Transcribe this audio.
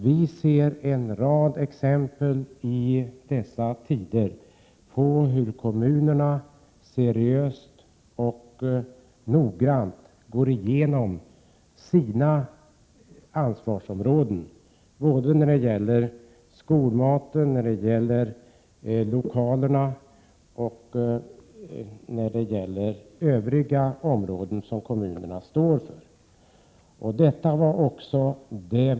Vi ser i dessa tider en rad exempel på hur kommunerna seriöst och noggrant går igenom sina ansvarsområden. Det gäller skolmaten, lokalerna och övriga områden som kommunerna står för.